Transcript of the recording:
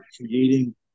creating